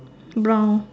brown